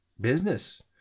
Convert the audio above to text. business